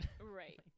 Right